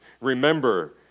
remember